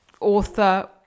author